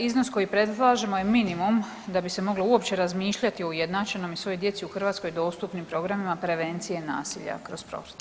Iznos koji predlažemo je minimum da bi se moglo uopće razmišljati ujednačenom i svoj djeci u Hrvatskoj dostupnim programima prevencije nasilja kroz sport.